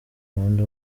wundi